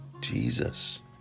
Jesus